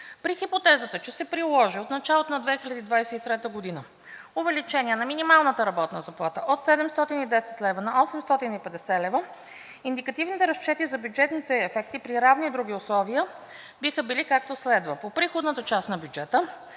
При хипотезата, че се приложи от началото на 2023 г. увеличение на минималната работна заплата от 710 лв. на 850 лв., индикативните разчети за бюджетните ефекти при равни други условия биха били, както следва: по приходната част на бюджета